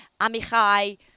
Amichai